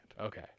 Okay